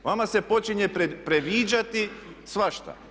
Vama se počinje priviđati svašta.